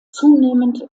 zunehmend